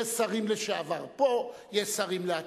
יש שרים לשעבר, פה יש שרים לעתיד.